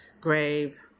grave